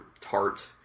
tart